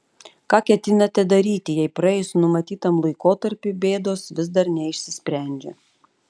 ką ketinate daryti jei praėjus numatytam laikotarpiui bėdos vis dar neišsisprendžia